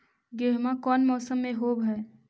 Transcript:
गेहूमा कौन मौसम में होब है?